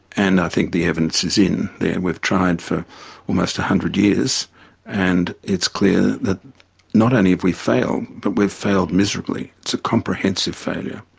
and i think the evidence is in, there. and we've tried for almost one hundred years and it's clear that not only have we failed, but we've failed miserably it's a comprehensive failure.